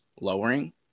lowering